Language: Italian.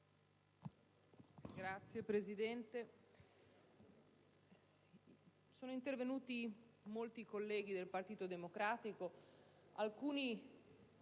Signor Presidente, sono intervenuti molti colleghi del Partito Democratico, alcuni